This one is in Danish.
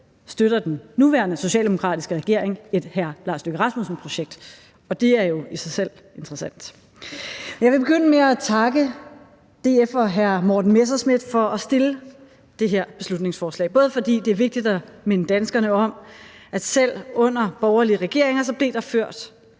støtter den nuværende socialdemokratiske regering et hr. Lars Løkke Rasmussen-projekt, og det er jo i sig selv interessant. Jeg vil begynde med at takke DF og hr. Morten Messerschmidt for at fremsætte det her beslutningsforslag, både fordi det er vigtigt at minde danskerne om, at selv under borgerlige regeringer er der blevet ført